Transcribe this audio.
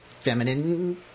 feminine